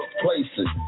places